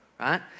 right